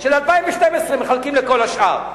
של 2012 מחלקים לכל השאר.